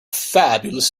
fabulous